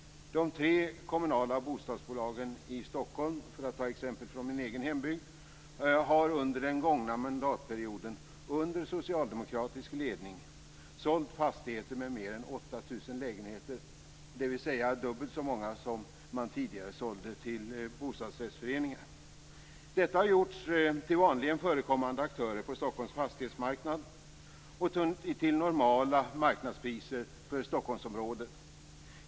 De tre kommunala bostadsbolagen i Stockholm, för att ta exempel från min egen hembygd, har under den gångna mandatperioden under socialdemokratisk ledning sålt fastigheter med mer än 8 000 lägenheter, dvs. dubbelt så många som man tidigare sålde till bostadsrättsföreningar. Detta har gjorts till vanligen förekommande aktörer på Stockholms fastighetsmarknad och till normala marknadspriser för Stockholmsområdet.